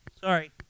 sorry